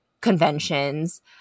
conventions